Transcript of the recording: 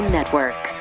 Network